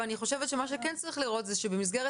אבל אני חושבת שמה שכן צריך לראות הוא שבמסגרת